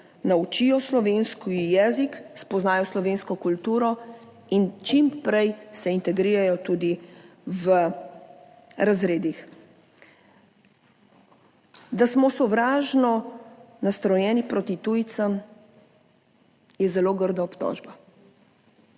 naučijo slovenski jezik, spoznajo slovensko kulturo in se čim prej integrirajo tudi v razredih. Da smo sovražno nastrojeni proti tujcem, je zelo grda obtožba.